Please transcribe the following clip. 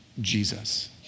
Jesus